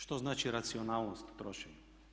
Što znači racionalnost u trošenju?